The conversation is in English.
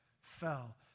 fell